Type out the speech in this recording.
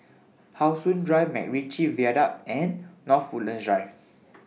How Sun Drive Macritchie Viaduct and North Woodlands Drive